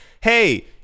hey